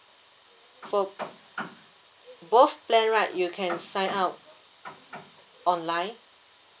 for both plan right you can sign up online